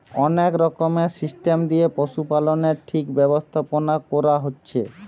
অনেক রকমের সিস্টেম দিয়ে পশুপালনের ঠিক ব্যবস্থাপোনা কোরা হচ্ছে